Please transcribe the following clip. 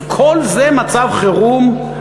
כל זה מצב חירום?